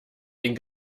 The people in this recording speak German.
den